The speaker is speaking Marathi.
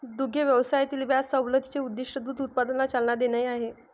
दुग्ध व्यवसायातील व्याज सवलतीचे उद्दीष्ट दूध उत्पादनाला चालना देणे आहे